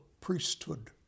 priesthood